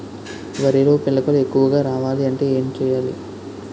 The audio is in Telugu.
వరిలో పిలకలు ఎక్కువుగా రావాలి అంటే ఏంటి చేయాలి?